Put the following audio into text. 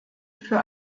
für